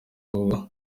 ubwo